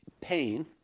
pain